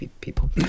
people